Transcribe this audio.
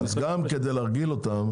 גם כדי להרגיל אותם,